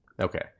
Okay